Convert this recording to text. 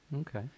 okay